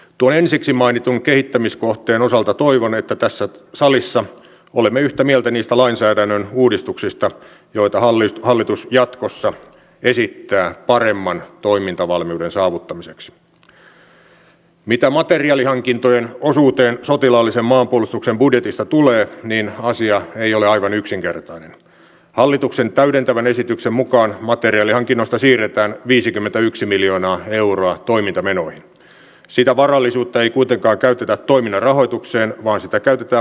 tuo ensiksi mainitun kehittämiskohteen osalta toivon että vaikka me olemme muihin pohjoismaihin verrattuna vähemmissä henkilöstöresursseissa se on kuitenkin myös sitten pitkällisemmän pohdinnan kysymys miten me saamme koulutusta kehitettyä ja vetovoimaa kehitettyä ja huolehdittua ennen kaikkea myös alueellisesti poliisin palveluista sillä jos ihmisille hiipii pelko turvattomuuden tunteesta niin silloin kyllä valtiovalta on epäonnistunut omassa turvallisuustehtävässään valitettavasti